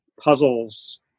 puzzles